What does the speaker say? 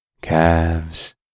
calves